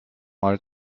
mal